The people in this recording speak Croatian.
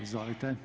Izvolite.